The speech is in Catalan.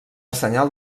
senyal